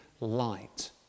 light